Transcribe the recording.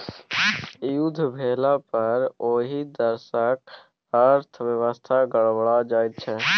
युद्ध भेलापर ओहि देशक अर्थव्यवस्था गड़बड़ा जाइत छै